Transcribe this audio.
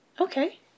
okay